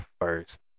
first